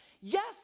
yes